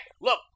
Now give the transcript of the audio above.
look